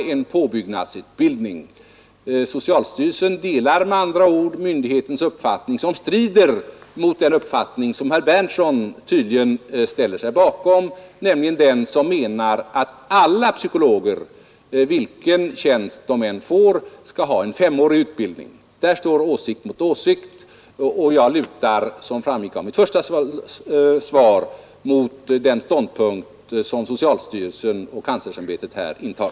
Socialstyrelsen delar med andra ord kanslersämbetets uppfattning, som strider mot den uppfattning som herr Berndtson tydligen ställer sig bakom, nämligen att alla psykologer, vilken tjänst de än får, skall ha en femårig utbildning. Där står åsikt mot åsikt, och jag lutar, som framgick av mitt första anförande, mot den ståndpunkt som socialstyrelsen och kanslersämbetet här intar.